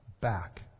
back